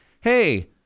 Hey